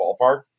ballpark